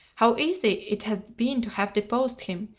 how easy it had been to have deposed him,